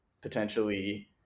potentially